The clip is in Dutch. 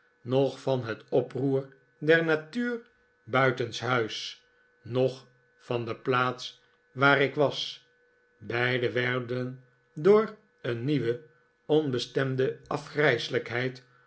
noch van het oproer der natuur buitenshuis noch van de plaats waar ik was beide werden door een nieuwe onbestemde